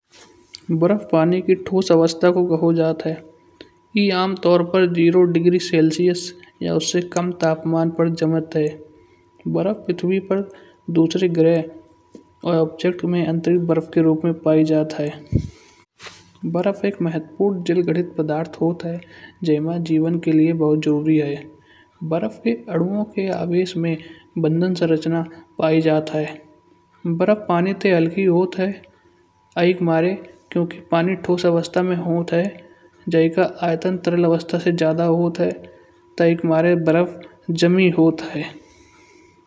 बर्फ पानी के ठोस अवस्था को कहा जात है। इय आम तौर पर ज़ीरो डिग्री सेल्सियस या उससे कम तापमान पर जमात है। बर्फ पृथ्वी पर दूसरे ग्रह का ऑब्जेक्ट में अंतरिक्ष बर्फ के रूप में पाई जात है। बर्फ एक महत्वपूर्ण जल गणित पदार्थ होत है। जई माँ जीवन के लिए बहुत जरूरी है। बर्फ के अनु के आवेश में बंधन संरचना पाइ जात है। बर्फ पानी ते हल्की होत है। यई के मारे क्यौंकि पानी ठोस अवस्था में होत है। जई का आयतन तरल अवस्था से ज़्यादा होत है। यई के मारे बर्फ जमी होत है।